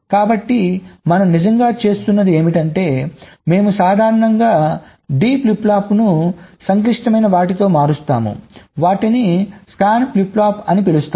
కాబట్టి మనం నిజంగా చేస్తున్నది ఏమిటంటే మేము సాధారణంగా D ఫ్లిప్ ఫ్లాప్లను సంక్లిష్టమైన వాటితో మారుస్తాంవాటిని స్కాన్ ఫ్లిప్ ఫ్లాప్ అని పిలుస్తారు